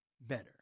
better